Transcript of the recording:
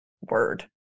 word